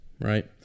right